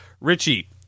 Richie